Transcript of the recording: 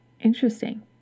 Interesting